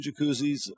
jacuzzis